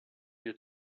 you